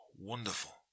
wonderful